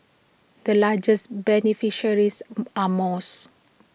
the largest beneficiaries are mosques